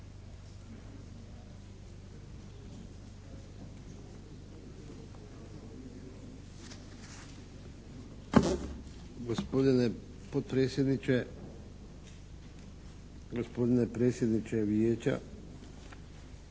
gospodine predsjedniče Vijeća,